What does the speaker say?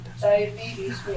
Diabetes